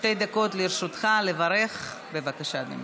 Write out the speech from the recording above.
שתי דקות לרשותך לברך, בבקשה, אדוני.